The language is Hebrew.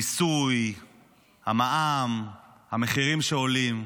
המיסוי, המע"מ, המחירים שעולים.